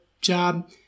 job